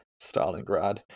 Stalingrad